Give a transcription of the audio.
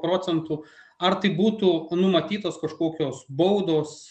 procentų ar tai būtų numatytos kažkokios baudos